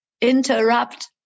interrupt